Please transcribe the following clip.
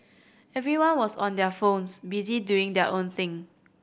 everyone was on their phones busy doing their own thing